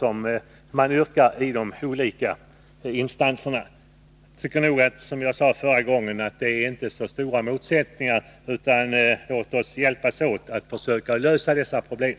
Som jag sade i mitt tidigare inlägg är det inte så stora motsättningar. Låt oss hjälpas åt att försöka lösa dessa problem.